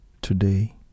today